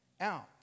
out